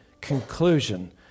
conclusion